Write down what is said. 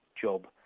job